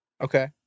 Okay